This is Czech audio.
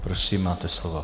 Prosím, máte slovo.